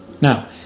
now